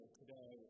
today